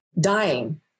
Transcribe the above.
dying